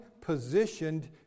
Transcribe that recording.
positioned